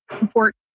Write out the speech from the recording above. important